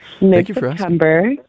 mid-September